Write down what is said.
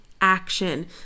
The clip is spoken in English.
action